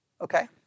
Okay